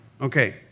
Okay